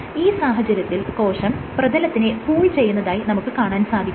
ഈ സാഹചര്യത്തിൽ കോശം പ്രതലത്തിനെ പൂൾ ചെയ്യുന്നതായി നമുക്ക് കാണാൻ സാധിക്കുന്നു